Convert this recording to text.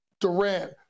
Durant